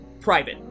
private